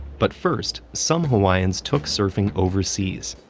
but first, some hawaiians took surfing overseas.